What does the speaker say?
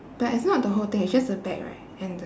but it's not the whole thing it's just the back right and the